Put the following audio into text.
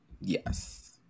Yes